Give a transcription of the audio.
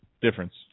Difference